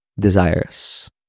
desires